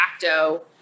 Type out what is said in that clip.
facto-